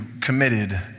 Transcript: committed